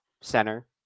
center